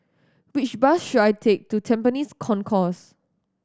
which bus should I take to Tampines Concourse